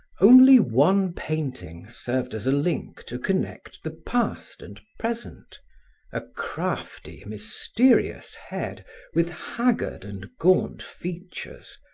only one painting served as a link to connect the past and present a crafty, mysterious head with haggard and gaunt features,